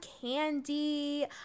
candy